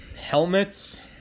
helmets